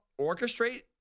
orchestrate